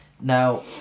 Now